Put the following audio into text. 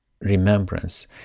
remembrance